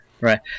Right